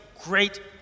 great